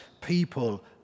people